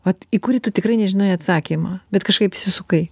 vat į kurį tu tikrai nežinai atsakymą bet kažkaip išsisukai